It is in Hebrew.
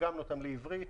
תרגמנו אותם לעברית,